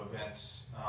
events